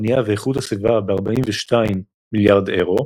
הבנייה ואיכות הסביבה ב-42 מיליארד אירו,